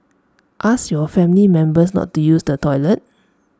ask your family members not to use the toilet